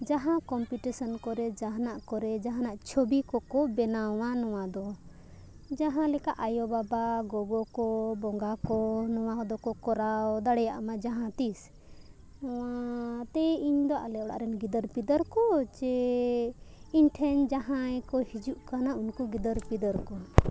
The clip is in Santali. ᱡᱟᱦᱟᱸ ᱠᱚᱢᱯᱤᱴᱤᱥᱮᱱ ᱠᱚᱨᱮ ᱡᱟᱦᱟᱱᱟᱜ ᱠᱚᱨᱮ ᱡᱟᱦᱟᱱᱟᱜ ᱪᱷᱚᱵᱤ ᱠᱚᱠᱚ ᱵᱮᱱᱟᱣᱟ ᱱᱚᱣᱟ ᱫᱚ ᱡᱟᱦᱟᱸ ᱞᱮᱠᱟ ᱟᱭᱳ ᱵᱟᱵᱟ ᱜᱚᱜᱚ ᱠᱚ ᱵᱚᱸᱜᱟ ᱠᱚ ᱱᱚᱣᱟ ᱦᱚᱸ ᱫᱚᱠᱚ ᱠᱚᱨᱟᱣ ᱫᱟᱲᱮᱭᱟᱜ ᱢᱟ ᱡᱟᱦᱟᱸ ᱛᱤᱥ ᱱᱚᱣᱟ ᱛᱮ ᱤᱧ ᱫᱚ ᱟᱞᱮ ᱚᱲᱟᱜ ᱨᱮᱱ ᱜᱤᱫᱟᱹᱨ ᱯᱤᱫᱟᱹᱨ ᱠᱚ ᱥᱮ ᱤᱧ ᱴᱷᱮᱱ ᱡᱟᱦᱟᱸᱭ ᱠᱚ ᱦᱤᱡᱩᱜ ᱠᱟᱱᱟ ᱩᱱᱠᱩ ᱜᱤᱫᱟᱹᱨ ᱯᱤᱫᱟᱹᱨ ᱠᱚ